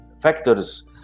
factors